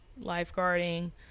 lifeguarding